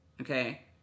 Okay